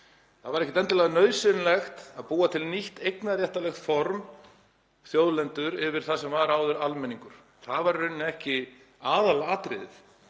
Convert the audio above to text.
Það var ekkert endilega nauðsynlegt að búa til nýtt eignarréttarlegt form, þjóðlendur, yfir það sem var áður almenningur. Það var í rauninni ekki aðalatriðið.